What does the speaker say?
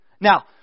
Now